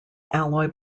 alloy